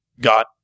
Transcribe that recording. got